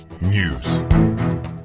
News